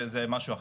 זה משהו אחר.